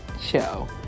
show